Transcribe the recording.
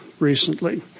Recently